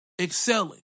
excelling